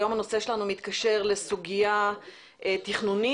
היום הנושא שלנו מתקשר לסוגיה תכנונית